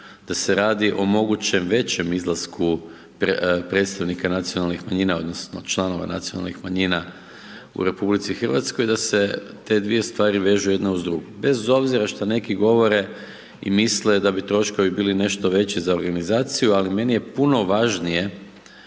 da se radi o mogućem većem izlasku predstojnika nacionalnih manjina, odnosno, članova nacionalnih manjina u RH, i da se te 2 stvari vežu jedna uz drugu. Bez obzira što neki govore i misle da bi troškovi bili nešto veći za organizaciju, ali meni je puno važnije,